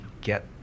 get